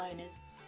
owners